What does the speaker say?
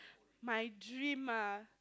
my dream ah